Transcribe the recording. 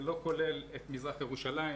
זה לא כולל את מזרח ירושלים,